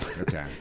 Okay